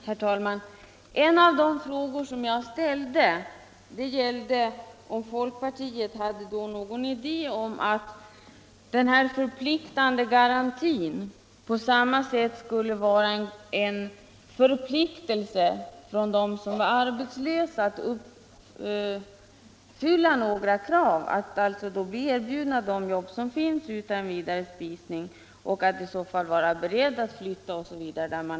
Herr talman! En av de frågor som jag ställde avsåg om folkpartiet också menade att den förpliktande garantin på motsvarande sätt skulle innebära en förpliktelse för de arbetslösa att uppfylla vissa krav — att utan vidare spisning ta de jobb de blir erbjudna, att då med hänsyn till regionala obalanser vara beredda att flytta osv.